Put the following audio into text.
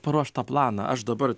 paruoštą planą aš dabar